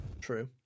True